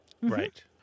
Right